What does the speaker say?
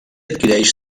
adquireix